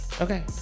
okay